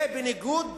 זה בניגוד